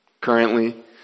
currently